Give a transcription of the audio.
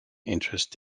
interest